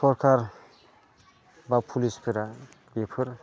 सोरखार बा पुलिसफोरा बेफोर